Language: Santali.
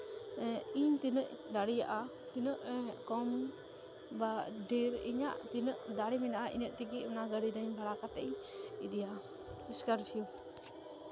ᱤᱧ ᱛᱤᱱᱟᱹᱜ ᱫᱟᱲᱮᱭᱟᱜᱼᱟ ᱛᱤᱱᱟᱹᱜ ᱠᱚᱢ ᱵᱟ ᱰᱷᱮᱨ ᱤᱧᱟᱹᱜ ᱛᱤᱱᱟᱹᱜ ᱫᱟᱲᱮ ᱢᱮᱱᱟᱜᱼᱟ ᱤᱱᱟᱹᱜ ᱛᱮᱜᱮ ᱚᱱᱟ ᱜᱟᱹᱰᱤ ᱫᱚᱧ ᱵᱷᱟᱲᱟ ᱠᱟᱛᱮᱫ ᱤᱧ ᱤᱫᱤᱭᱟ ᱥᱠᱳᱨᱯᱤᱭᱚ